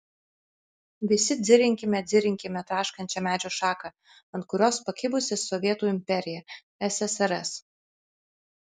visi dzirinkime dzirinkime traškančią medžio šaką ant kurios pakibusi sovietų imperija ssrs